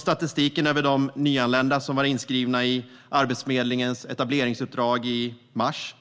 Statistiken över de nyanlända som var inskrivna i Arbetsförmedlingens etableringsuppdrag i mars